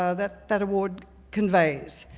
ah that that award conveys.